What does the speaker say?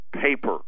paper